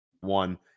one